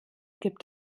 gibt